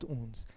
ons